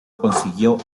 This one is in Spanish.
consiguió